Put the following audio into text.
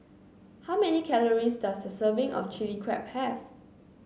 how many calories does a serving of Chilli Crab have